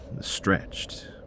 stretched